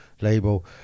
label